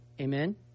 Amen